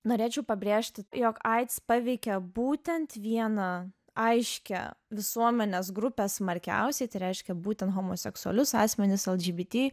norėčiau pabrėžti jog aids paveikė būtent vieną aiškią visuomenės grupę smarkiausiai tai reiškia būtent homoseksualius asmenis lgbt